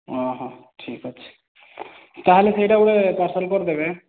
ଓଃ ଠିକ୍ ଅଛି ତାହାଲେ ସେଇଟା ଗୋଟିଏ ପାର୍ସଲ କରିଦେବେ